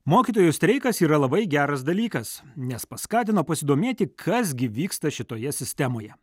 mokytojų streikas yra labai geras dalykas nes paskatino pasidomėti kas gi vyksta šitoje sistemoje